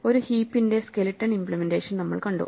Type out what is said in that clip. ഒരു ഹീപ്പിന്റെ skeleton implementation നമ്മൾ കണ്ടു